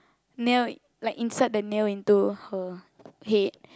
nail like insert the nail into her head